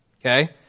Okay